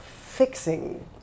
fixing